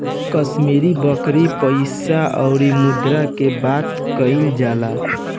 कश्मीरी बकरी पइसा अउरी मुद्रा के बात कइल जाला